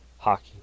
hockey